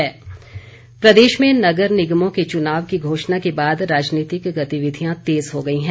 पठानिया प्रदेश में नगर निगमों के चुनाव की घोषणा के बाद राजनीतिक गतिविधियां तेज़ हो गई हैं